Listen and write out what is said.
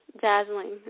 Dazzling